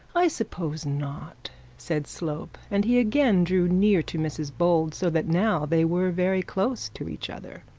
i suppose not said slope and he again drew near to mrs bold, so that now they were very close to each other.